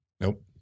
Nope